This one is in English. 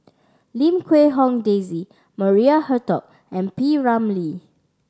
Lim Quee Hong Daisy Maria Hertogh and P Ramlee